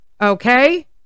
okay